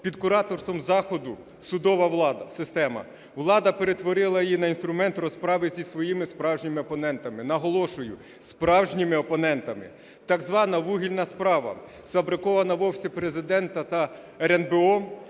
під кураторством Заходу судова система: влада перетворила її на інструмент розправи зі своїми справжніми опонентами, наголошую, справжніми опонентами. Так звана вугільна справа сфабрикована в Офісі Президента та РНБО